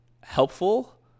helpful